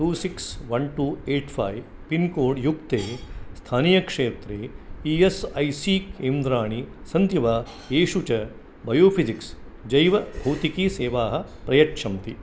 two six one two eight five pin code युक्ते स्थानीयक्षेत्रे E S I C केन्द्राणि सन्ति वा येषु च बायोफिसिक्स् जैवभौतिकी सेवाः प्रयच्छन्ति